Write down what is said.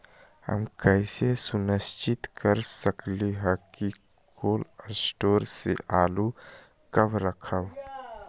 हम कैसे सुनिश्चित कर सकली ह कि कोल शटोर से आलू कब रखब?